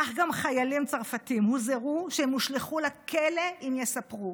כך גם חיילים צרפתים הוזהרו שהם יושלכו לכלא אם יספרו.